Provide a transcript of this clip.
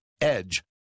EDGE